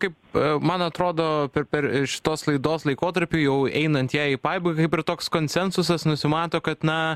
kaip man atrodo pe per šitos laidos laikotarpiu jau einant jai į pabaigą toks konsensusas nusimato kad na